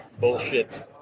bullshit